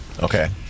Okay